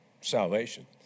salvation